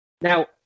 now